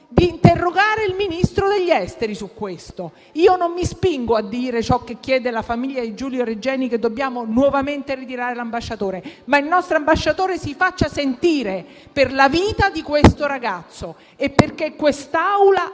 di interrogare il Ministro degli esteri su questo. Non mi spingo a perorare ciò che chiede la famiglia di Giulio Regeni, che dice che dovremmo nuovamente ritirare l'ambasciatore, ma il nostro ambasciatore si faccia sentire per la vita di questo ragazzo e perché quest'Aula